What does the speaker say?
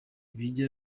bijya